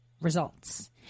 results